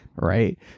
right